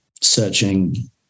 searching